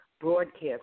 broadcast